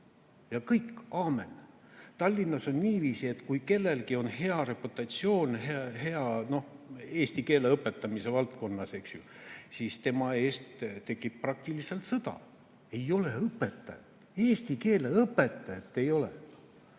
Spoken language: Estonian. Ja kõik, aamen! Tallinnas on niiviisi, et kui kellelgi on hea reputatsioon eesti keele õpetamise valdkonnas, siis tema pärast tekib praktiliselt sõda. Ei ole õpetajat! Eesti keele õpetajat ei ole!